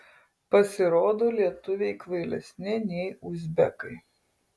pasirodo lietuviai kvailesni nei uzbekai